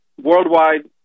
worldwide